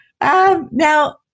Now